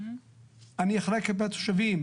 אני אחראי כלפי התושבים.